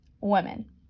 women